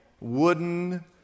wooden